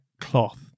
cloth